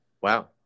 Wow